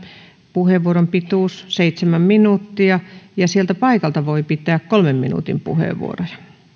puheenvuoron pituus on seitsemän minuuttia ja sieltä paikalta voi pitää kolmen minuutin puheenvuoroja